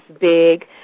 big